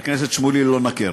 אשראי, חבר הכנסת שמולי, לא לנקר.